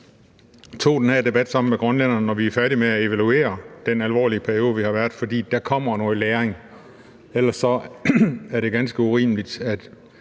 tog den her debat sammen med grønlænderne, når vi er færdige med at evaluere den alvorlige periode, vi har været i. For der kommer noget læring. Ellers er det en ganske urimelig